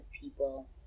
people